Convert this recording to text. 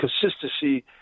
consistency